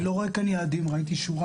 אני לא רק על יעדים של